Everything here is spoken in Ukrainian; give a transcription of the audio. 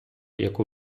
яку